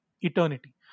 eternity